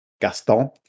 Gaston